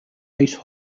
ice